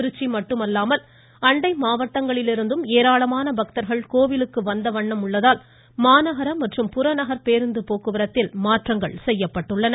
திருச்சி மட்டுமல்லாமல் அண்டை மாவட்டங்களிலிருந்தும் ஏராளமான பக்தர்கள் கோவிலுக்கு வந்த வண்ணம் உள்ளதால் மாநகர மற்றும் புறநகர் பேருந்து போக்குவரத்தில் மாற்றங்கள் செய்யப்பட்டுள்ளன